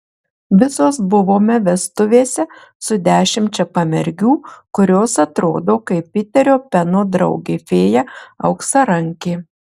visos buvome vestuvėse su dešimčia pamergių kurios atrodo kaip piterio peno draugė fėja auksarankė